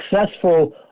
successful